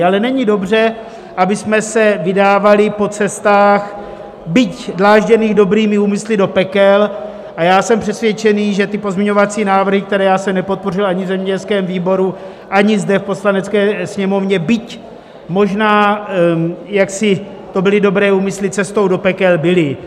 Ale není dobře, abychom se vydávali po cestách, byť dlážděných dobrými úmysly, do pekel, a já jsem přesvědčený, že ty pozměňovací návrhy, které já jsem nepodpořil ani v zemědělském výboru, ani zde v Poslanecké sněmovně, byť možná to byly dobré úmysly, cestou do pekel byly.